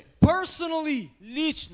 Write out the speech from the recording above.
personally